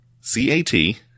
C-A-T